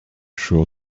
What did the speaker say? sure